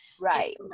Right